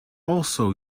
also